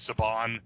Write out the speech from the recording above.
saban